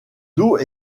dos